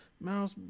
mouse